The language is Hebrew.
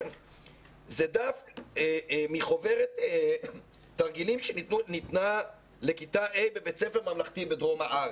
זה דף מחוברת תרגילים שניתנה לכיתה ה' בבית ספר ממלכתי בדרום הארץ,